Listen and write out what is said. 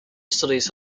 studies